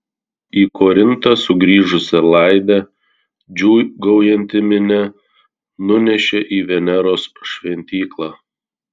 į korintą sugrįžusią laidę džiūgaujanti minia nunešė į veneros šventyklą